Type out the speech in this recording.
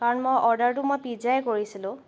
কাৰণ মই অৰ্ডাৰটো মই পিজ্জাই কৰিছিলোঁ